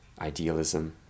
idealism